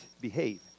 behave